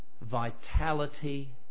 vitality